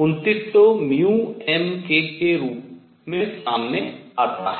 2900 μmK के रूप में सामने आता है